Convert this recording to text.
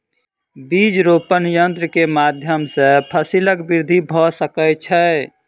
बीज रोपण यन्त्र के माध्यम सॅ फसीलक वृद्धि भ सकै छै